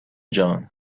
جان